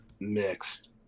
mixed